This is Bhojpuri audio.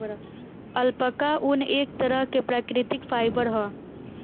अल्पाका ऊन, एक तरह के प्राकृतिक फाइबर ह